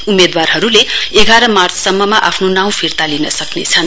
उम्मेदवारहरुले एघार मार्च सम्ममा आफ्नो नाउँ फिर्ता लिन सक्रेछन्